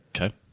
Okay